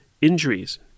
injuries